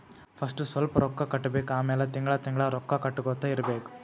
first ಸ್ವಲ್ಪ್ ರೊಕ್ಕಾ ಕಟ್ಟಬೇಕ್ ಆಮ್ಯಾಲ ತಿಂಗಳಾ ತಿಂಗಳಾ ರೊಕ್ಕಾ ಕಟ್ಟಗೊತ್ತಾ ಇರ್ಬೇಕ್